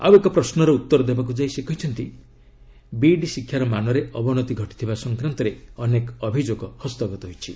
ଆଉ ଏକ ପ୍ରଶ୍ୱର ଉତ୍ତର ଦେବାକୁ ଯାଇ ସେ କହିଛନ୍ତି ବିଇଡି ଶିକ୍ଷାର ମାନରେ ଅବନତି ଘଟିଥିବା ସଂକ୍ରାନ୍ତରେ ଅନେକ ଅଭିଯୋଗ ହସ୍ତଗତ ହୋଇଛି